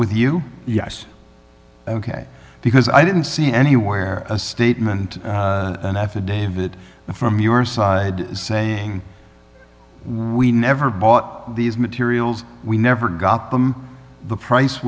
with you yes ok because i didn't see anywhere a statement an affidavit from your side saying we never bought these materials we never got them the price